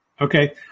Okay